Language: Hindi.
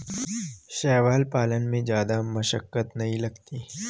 शैवाल पालन में जादा मशक्कत नहीं लगती